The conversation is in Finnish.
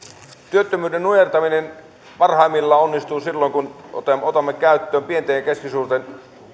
työttömyyden nujertaminen onnistuu parhaimmillaan silloin kun otamme otamme käyttöön pienten ja keskisuurten